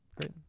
great